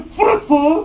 fruitful